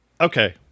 okay